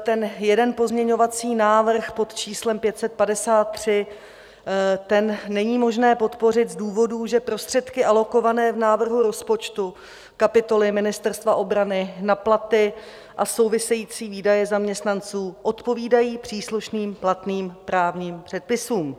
Ten jeden pozměňovací návrh pod číslem 553 není možné podpořit z důvodů, že prostředky alokované v návrhu rozpočtu kapitoly Ministerstva obrany na platy a související výdaje zaměstnanců odpovídají příslušným platným právním předpisům.